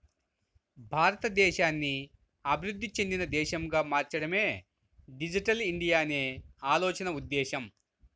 భారతదేశాన్ని అభివృద్ధి చెందిన దేశంగా మార్చడమే డిజిటల్ ఇండియా అనే ఆలోచన ఉద్దేశ్యం